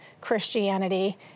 Christianity